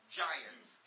giants